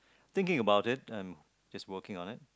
thinking about it and just working on it